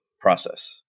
process